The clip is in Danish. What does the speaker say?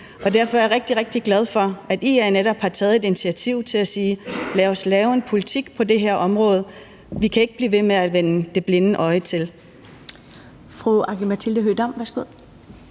rigtig glad for, at IA netop har taget initiativ til at sige: Lad os lave en politik på det her område, vi kan ikke blive ved med at vende det blinde øje til.